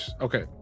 Okay